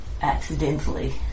accidentally